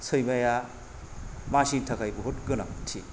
सैमाया मानसिनि थाखाय बहुथ गोनांथि